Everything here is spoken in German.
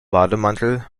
bademantel